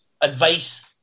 advice